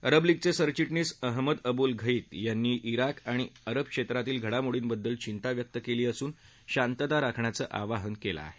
अरब लीगचे सरविधीीस Ahmed Aboul Gheit यांनी इराक आणि अरब क्षेत्रातील घडामोडींबद्दल विंता व्यक्त केली असून शांतता राखण्याचं आवाहन केलं आहे